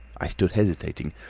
i stood hesitating.